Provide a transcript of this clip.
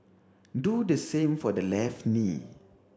do the same for the left knee